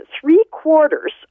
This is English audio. three-quarters